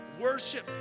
Worship